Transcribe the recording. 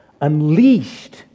unleashed